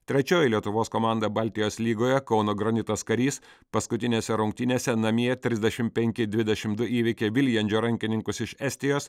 trečioji lietuvos komanda baltijos lygoje kauno granitas karys paskutinėse rungtynėse namie trisdešimt penki dvidešimt du įveikė viljandžio rankininkus iš estijos